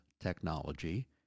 technology